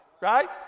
Right